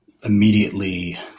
immediately